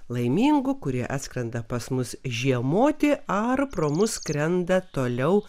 laimingų kurie atskrenda pas mus žiemoti ar pro mus skrenda toliau